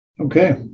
Okay